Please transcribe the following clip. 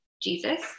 Jesus